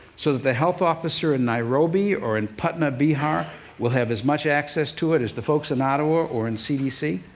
so that the health officer in nairobi or in patna, bihar will have as much access to it as the folks in ottawa or or in cdc.